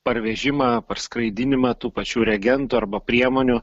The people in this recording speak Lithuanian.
parvežimą perskraidinimą tų pačių reagentų arba priemonių